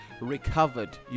recovered